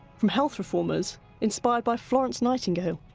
from health reformers inspired by florence nightingale.